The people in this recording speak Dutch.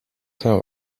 zijn